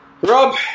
Rob